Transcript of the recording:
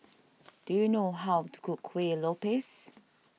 do you know how to cook Kueh Lopes